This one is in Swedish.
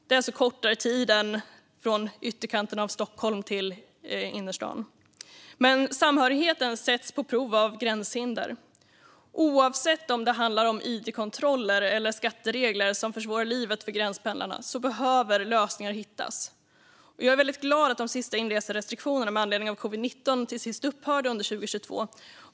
Det är kortare tid än det tar att resa från ytterkanten av Stockholm in till innerstaden. Men samhörigheten sätts på prov av gränshinder. Oavsett om det handlar om id-kontroller eller skatteregler som försvårar livet för gränspendlarna behöver lösningar hittas. Jag är glad att de sista inreserestriktionerna med anledning av covid-19 till sist upphörde under 2022.